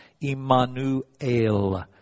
Immanuel